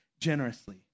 generously